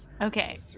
Okay